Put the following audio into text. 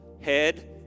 head